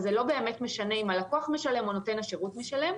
זה לא באמת משנה אם הלקוח משלם או נותן השירות משלם.